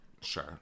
Sure